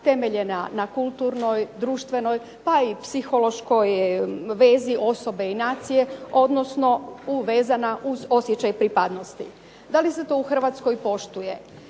temeljena na kulturnoj, društvenoj pa i psihološkoj vezi osobe i nacije odnosno uvezana u osjećaj pripadnosti. Da li se to u Hrvatskoj poštuje?